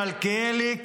מלכיאלי,